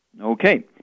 Okay